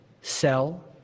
sell